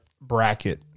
bracket